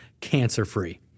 Cancer-free